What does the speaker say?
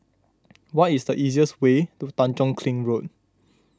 what is the easiest way to Tanjong Kling Road